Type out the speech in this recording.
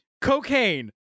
cocaine